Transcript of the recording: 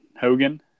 Hogan